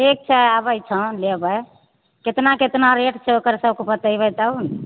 ठीक छै आबै छौ लेबै केतना केतना रेट छै ओकर सभकऽ बतेबै तब नऽ